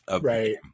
right